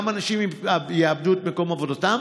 גם אנשים יאבדו את מקום עבודתם